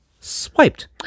swiped